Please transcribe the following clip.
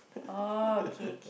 oh okay K